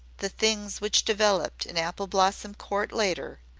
the things which developed in apple blossom court later,